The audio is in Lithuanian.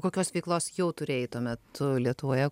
kokios veiklos jau turėjai tuo metu lietuvoje